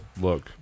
look